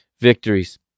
victories